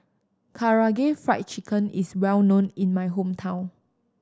Karaage Fried Chicken is well known in my hometown